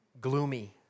gloomy